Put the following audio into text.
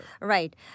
Right